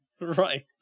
Right